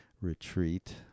retreat